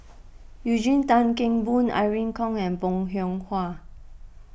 Eugene Tan Kheng Boon Irene Khong and Bong Hiong Hwa